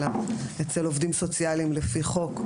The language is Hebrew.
אלא אצל עובדים סוציאליים לפי חוק,